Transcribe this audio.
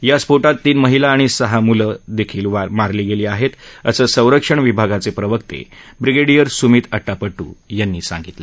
या स्फोटात तीन महिला आणि सहा लहान मुलं मारली गेली आहेत असं सरंक्षण विभागाचे प्रवक्ते ब्रिगेडीयर सुमिथ अटापड्टू यांनी सांगितलं